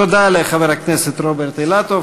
תודה לחבר הכנסת רוברט אילטוב.